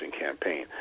campaign